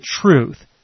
truth